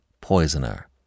poisoner